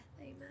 Amen